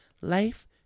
life